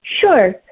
Sure